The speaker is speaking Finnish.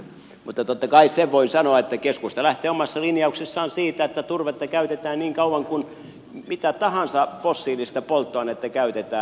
mutta totta kai sen voin sanoa että keskusta lähtee omassa linjauksessaan siitä että turvetta käytetään niin kauan kuin mitä tahansa fossiilista polttoainetta käytetään